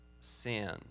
sin